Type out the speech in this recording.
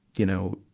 you know,